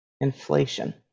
Inflation